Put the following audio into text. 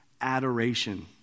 adoration